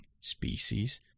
species